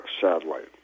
satellite